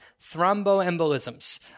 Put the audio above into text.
thromboembolisms